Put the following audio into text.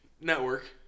network